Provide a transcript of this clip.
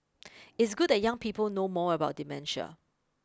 it's good that young people know more about dementia